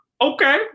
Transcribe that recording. okay